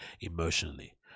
emotionally